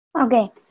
Okay